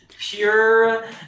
pure